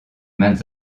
maintes